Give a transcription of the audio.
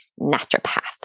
naturopath